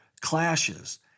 clashes